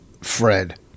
Fred